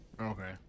Okay